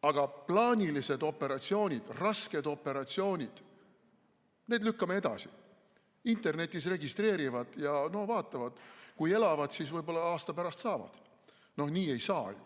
aga plaanilised operatsioonid, rasked operatsioonid, lükkame edasi, [patsiendid] internetis registreerivad ja vaatavad, et kui elavad, siis võib-olla aasta pärast selle saavad. Nii ei saa ju.